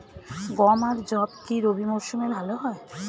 গম আর যব কি রবি মরশুমে ভালো হয়?